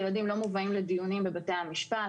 ילדים לא מובאים לדיונים בבתי המשפט,